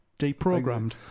Deprogrammed